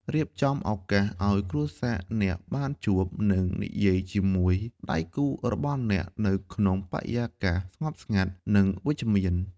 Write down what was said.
រៀបចំឱកាសឲ្យគ្រួសារអ្នកបានជួប និងនិយាយជាមួយដៃគូរបស់អ្នកនៅក្នុងបរិយាកាសស្ងប់ស្ងាត់ និងវិជ្ជមាន។